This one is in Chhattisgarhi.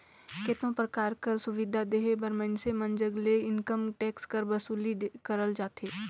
केतनो परकार कर सुबिधा देहे बर मइनसे मन जग ले इनकम टेक्स कर बसूली करल जाथे